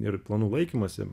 ir planų laikymosi